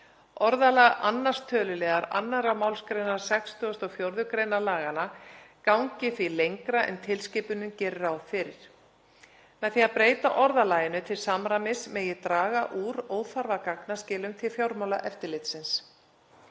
Orðalag 2. töluliðar 2. mgr. 64. gr. laganna gangi því lengra en tilskipunin gerir ráð fyrir. Með því að breyta orðalaginu til samræmis megi draga úr óþarfa gagnaskilum til fjármálaeftirlitsins.